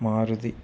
Maruti